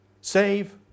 save